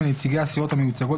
זה חלק מהמכלול הנורמטיבי בהקשר הזה,